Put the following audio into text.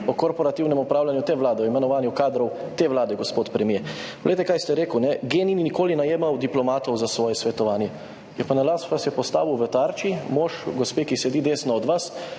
o korporativnem upravljanju te vlade, o imenovanju kadrov te vlade, gospod premier. Poglejte, rekli ste, GEN-I ni nikoli najemal diplomatov za svoje svetovanje, ja pa na laž vas je v Tarči postavil mož gospe, ki sedi desno od vas,